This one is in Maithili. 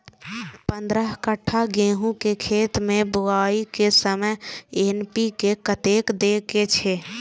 पंद्रह कट्ठा गेहूं के खेत मे बुआई के समय एन.पी.के कतेक दे के छे?